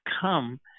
come